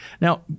Now